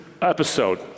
Episode